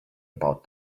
about